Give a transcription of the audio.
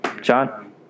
John